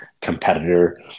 competitor